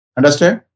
Understand